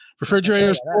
Refrigerators